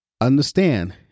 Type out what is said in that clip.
understand